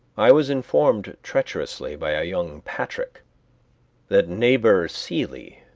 i was informed treacherously by a young patrick that neighbor seeley,